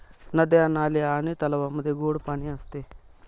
नद्या, नाले आणि तलावांमध्ये गोड पाणी असते